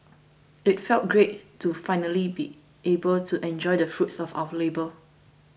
it felt great to finally be able to enjoy the fruits of our labour